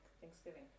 Thanksgiving